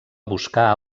buscar